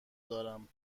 دارم